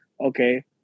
Okay